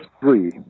three